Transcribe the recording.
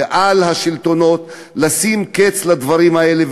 ועל השלטונות לשים קץ לדברים האלה,